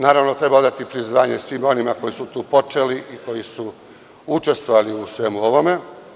Naravno, treba odati priznanje svima onima koji su tu počeli i koji su učestvovali u svemu onome.